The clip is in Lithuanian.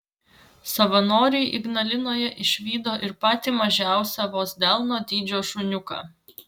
savanoriai ignalinoje išvydo ir patį mažiausią vos delno dydžio šuniuką